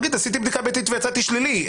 הוא יגיד: עשיתי בדיקה ביתית ויצאתי שלילי.